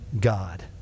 God